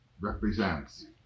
represents